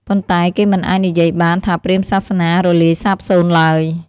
ប៉ុន្តែ គេមិនអាចនិយាយបានថាព្រាហ្មណ៍សាសនារលាយសាបសូន្យឡើយ។